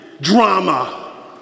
drama